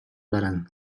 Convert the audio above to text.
баран